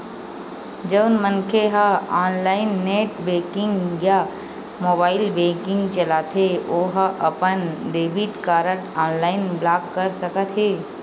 जउन मनखे ह ऑनलाईन नेट बेंकिंग या मोबाईल बेंकिंग चलाथे ओ ह अपन डेबिट कारड ऑनलाईन ब्लॉक कर सकत हे